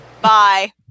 Bye